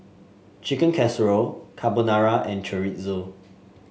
Chicken Casserole Carbonara and Chorizo